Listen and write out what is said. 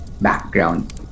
background